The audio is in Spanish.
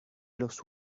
los